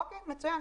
אוקי, מצוין.